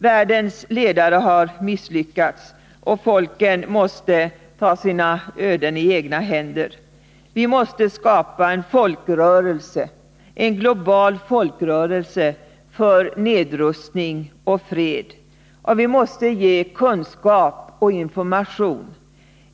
Världens ledare har misslyckats, och folken måste ta sina öden i egna händer. Vi måste skapa en global folkrörelse för nedrustning och fred. Och vi måste ge kunskap och information.